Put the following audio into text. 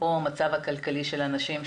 או מצב כלכלי של אנשים,